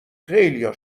خیلیا